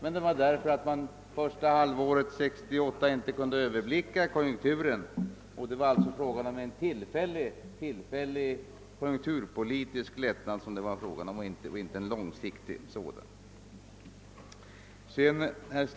Anledningen var att man då inte kunde överblicka konjunkturerna under första halvåret 1969. Det var alltså inte fråga om någon långsiktig ekonomisk lättnad.